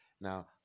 Now